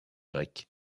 grecs